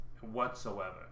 whatsoever